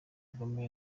kagame